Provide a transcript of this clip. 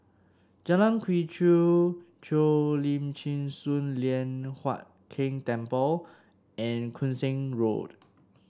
Jalan Quee Chew Cheo Lim Chin Sun Lian Hup Keng Temple and Koon Seng Road